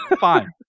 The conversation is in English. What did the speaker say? Fine